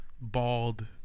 bald